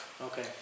Okay